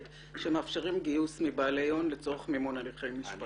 שמאפשרים גיוס מבעלי הון לצורך מימון הליכי משפט?